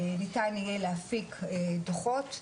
ניתן יהיה להפיק דוחות,